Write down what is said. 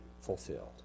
fulfilled